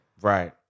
Right